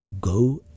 go